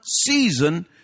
season